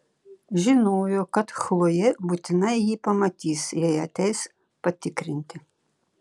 žinojo kad chlojė būtinai jį pamatys jei ateis patikrinti